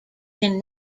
can